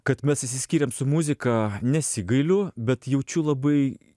kad mes išsiskyrėm su muzika nesigailiu bet jaučiu labai